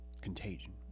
contagion